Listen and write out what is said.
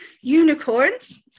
unicorns